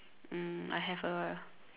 um I have a